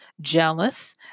jealous